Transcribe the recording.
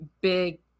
big